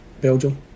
Belgium